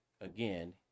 again